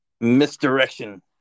Misdirection